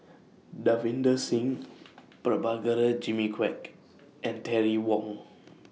Davinder Singh Prabhakara Jimmy Quek and Terry Wong